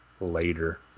Later